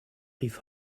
rief